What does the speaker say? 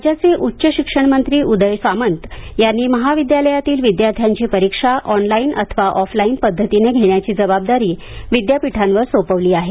राज्याचे उच्च शिक्षणमंत्री उदय सामंत यांनी महाविद्यालयातील विद्यार्थ्यांची परीक्षा ऑनलाइन अथवा ऑफलाइन पद्धतीनं घेण्याची जबाबदारी विद्यापीठांवर सोपविली आहे